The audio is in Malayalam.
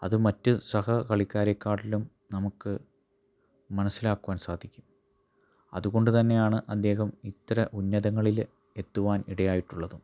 അത് മറ്റ് സഹകളിക്കാരെക്കാട്ടിലും നമുക്ക് മനസ്സിലാക്കുവാൻ സാധിക്കും അതുകൊണ്ട് തന്നെയാണ് അദ്ദേഹം ഇത്ര ഉന്നതങ്ങളില് എത്തുവാൻ ഇടയായിട്ടുള്ളതും